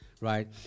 right